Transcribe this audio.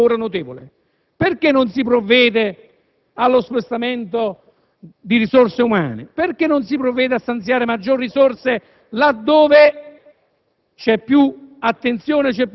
strutturali: perché non si rivede il sistema organico e perché avviene che procure che hanno carichi di lavoro